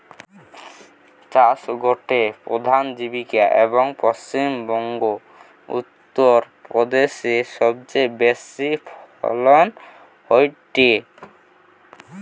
চাষ গটে প্রধান জীবিকা, এবং পশ্চিম বংগো, উত্তর প্রদেশে সবচেয়ে বেশি ফলন হয়টে